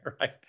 right